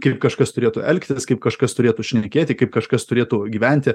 kaip kažkas turėtų elgtis kaip kažkas turėtų šnekėti kaip kažkas turėtų gyventi